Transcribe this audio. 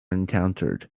encountered